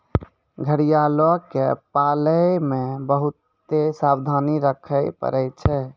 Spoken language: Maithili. घड़ियालो के पालै मे बहुते सावधानी रक्खे पड़ै छै